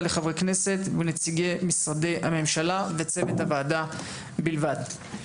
לחברי כנסת ונציגי משרדי הממשלה וצוות הוועדה בלבד.